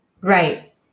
Right